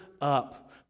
up